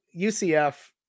UCF